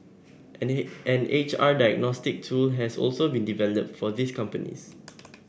an H R diagnostic tool has also been developed for these companies